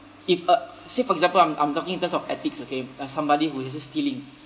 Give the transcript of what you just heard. if a say for example I'm I'm talking in terms of ethics okay uh somebody who is just stealing